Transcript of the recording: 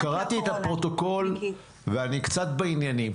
לא, קראתי את הפרוטוקול ואני קצת בעניינים.